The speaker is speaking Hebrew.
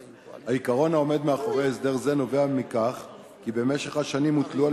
העיקרון העומד מאחורי הסדר זה הוא שבמשך השנים הוטלו על